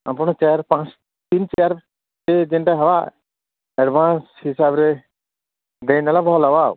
ଆପଣ ଚାର୍ ପାଞ୍ଚ ତିନ୍ ଚାର୍ ଯେନ୍ତା ହଏ ଆଡ଼୍ଭାନ୍ସ ହିସାବରେ ଦେଇଁ ଦେଲେ ଭଲ୍ ହେବା